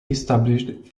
established